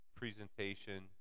presentation